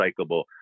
recyclable